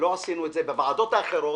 בוועדות אחרות